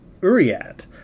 uriat